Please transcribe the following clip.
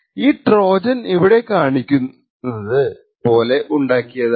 ഈ ട്രോജൻ ഇവിടെ കാണിച്ചിരിക്കുന്നത് പോലെ ഉണ്ടാക്കിയതാണ്